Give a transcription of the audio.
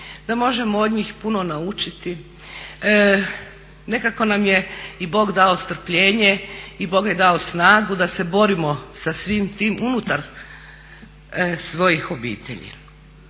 da možemo od njih puno naučiti. Nekako nam je i Bog dao strpljenje i Bog je dao snagu da se borimo sa svim tim unutar svojih obitelji.